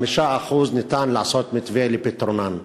5% ניתן לעשות מתווה לפתרונן.